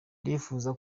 ndifuza